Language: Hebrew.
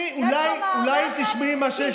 תראי, אולי, אולי תשמעי מה שיש,